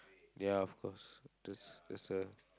ya of course there's there's a